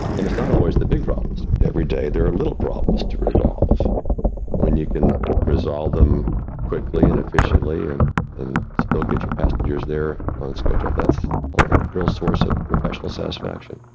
and it's not always the big problems every day. there are little problems to resolve when you can resolve them quickly and efficiently and and still get your passengers there on schedule. that's a real source of professional satisfaction.